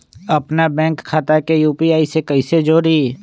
अपना बैंक खाता के यू.पी.आई से कईसे जोड़ी?